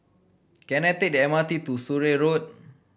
can I take the M R T to Surrey Road